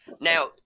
Now